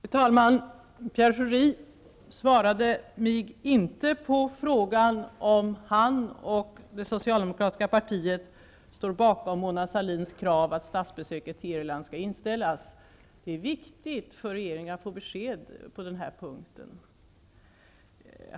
Fru talman! Pierre Schori svarade mig inte på frågan om han och det socialdemokratiska partiet står bakom Mona Sahlins krav att statsbesöket i Irland skall inställas. Det är viktigt för regeringen att få besked på denna punkt.